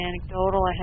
anecdotal